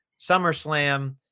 SummerSlam